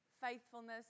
faithfulness